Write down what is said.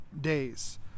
days